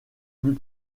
plus